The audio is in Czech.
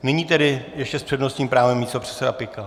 Nyní tedy ještě s přednostním právem místopředseda Pikal.